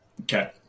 Okay